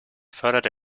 förderte